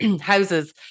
houses